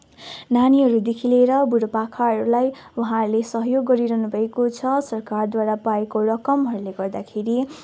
नानीहरूदेखि लिएर बुढो पाकाहरूलाई उहाँहरूले सहयोग गरिरहनु भएको छ सरकारद्वारा पाएको रकमहरूले गर्दाखेरि